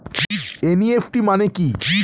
NEFT মানে কি?